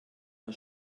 der